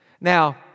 Now